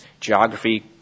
Geography